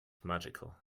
magical